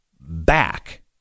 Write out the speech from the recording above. back